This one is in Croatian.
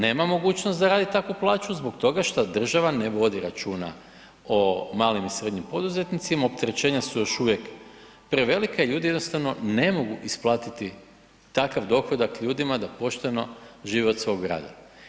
Nema mogućnost zaraditi takvu plaću zbog toga što država ne vodi računa o malim i srednjim poduzetnicima, opterećenja su još uvijek prevelika i ljudi jednostavno ne mogu isplatiti takav dohodak ljudima da pošteno žive od svoga rada.